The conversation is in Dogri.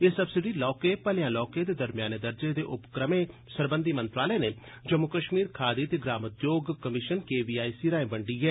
एह् सब्सिडी लौह्के भलेयां लौह्के ते दरमेयाने दर्जे दे उपक्रमें सरबंधी मंत्रालय नै जम्मू कश्मीर खादी ते ग्रामोद्योग कमीशन केवीआईसी राए बंडी ऐ